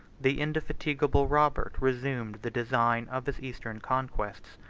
the indefatigable robert resumed the design of his eastern conquests.